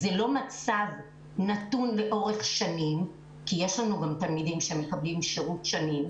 אבל זה לא מצב נתון לאורך שנים כי יש לנו תלמידים שמקבלים שירות שנים,